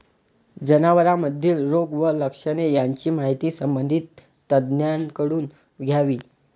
जनावरांमधील रोग व लक्षणे यांची माहिती संबंधित तज्ज्ञांकडून घ्यावी